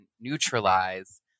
neutralize